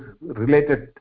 related